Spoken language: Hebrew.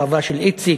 החווה של איציק.